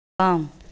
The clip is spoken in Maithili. वाम